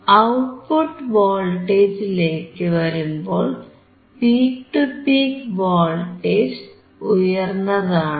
output വോൾട്ടേജിലേക്കു വരുമ്പോൾ peak to peak voltage ഉയർന്നതാണ്